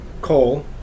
coal